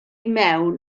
mewn